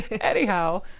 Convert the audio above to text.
anyhow